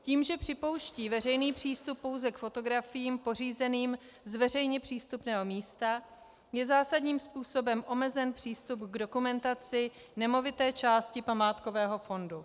Tím, že připouští veřejný přístup pouze k fotografiím pořízeným z veřejně přístupného místa, je zásadním způsobem omezen přístup k dokumentaci nemovité části památkového fondu.